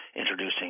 introducing